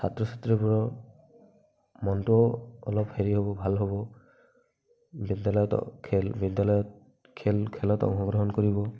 ছাত্ৰ ছাত্ৰীবোৰৰ হেৰিটোও মনটোও অলপ ভাল হ'ব বিদ্যালয়ত খেল বিদ্যালয়ত খেলত অংশগ্ৰহণ কৰিব